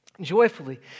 joyfully